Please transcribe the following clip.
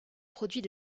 produits